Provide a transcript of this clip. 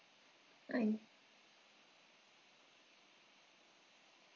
fine